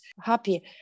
happy